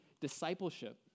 discipleship